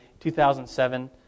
2007